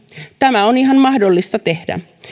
tämä on ihan mahdollista tehdä